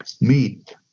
meet